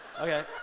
Okay